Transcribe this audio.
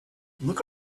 look